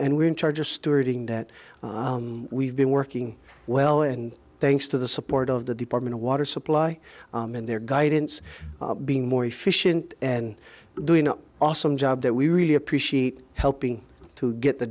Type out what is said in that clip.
and we're in charge of stewarding that we've been working well and thanks to the support of the department of water supply in their guidance being more efficient and doing an awesome job that we really appreciate helping to get the